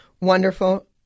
Wonderful